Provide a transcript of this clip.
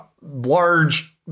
large